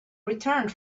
returned